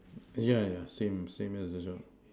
yeah yeah same same as this one